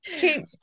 keep